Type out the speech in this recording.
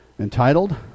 entitled